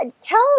tell